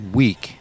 week